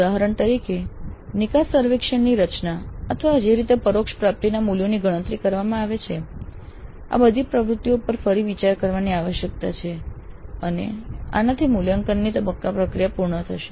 ઉદાહરણ તરીકે નિકાસ સર્વેક્ષણની રચના અથવા જે રીતે પરોક્ષ પ્રાપ્તિ મૂલ્યોની ગણતરી કરવામાં આવે છે આ બધી પ્રવૃત્તિઓ પર ફરી વિચાર કરવાની આવશ્યકતા છે અને આનાથી મૂલ્યાંકનના તબક્કાની પ્રક્રિયા પૂર્ણ થશે